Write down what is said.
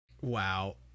Wow